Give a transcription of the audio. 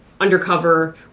undercover